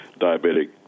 diabetic